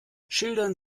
schildern